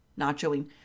nachoing